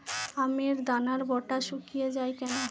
আমের দানার বোঁটা শুকিয়ে য়ায় কেন?